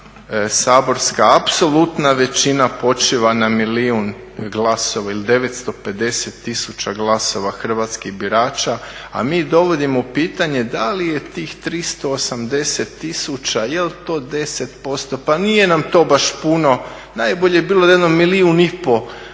većina saborska, apsolutna većina počiva na milijun glasova ili 950 tisuća glasova hrvatskih birača a mi dovodimo u pitanje da li je tih 380 tisuća je li to 10%, pa nije nam to baš puno, najbolje bi bilo da jedno milijun i pol glasova